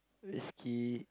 whiskey